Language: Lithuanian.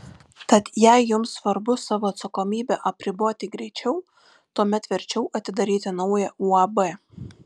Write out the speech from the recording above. tad jei jums svarbu savo atsakomybę apriboti greičiau tuomet verčiau atidaryti naują uab